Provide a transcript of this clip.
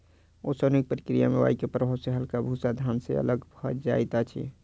ओसौनिक प्रक्रिया में वायु के प्रभाव सॅ हल्का भूस्सा धान से अलग भअ जाइत अछि